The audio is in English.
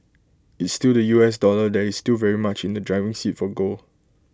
it's still the U S dollar that is still very much in the driving seat for gold